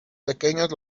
pequeños